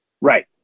Right